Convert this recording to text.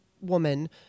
woman